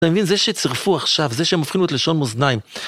אתה מבין, זה שהצטרפו עכשיו, זה שהם הופכים להיות לשון מאזניים.